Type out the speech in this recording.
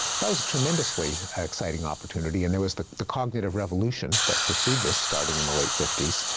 that was a tremendously exciting opportunity, and there was the the cognitive revolution that pursued this starting in the late fifty s,